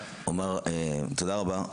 תודה רבה.